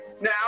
Now